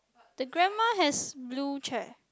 the grandma has blue chair